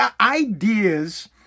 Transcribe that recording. ideas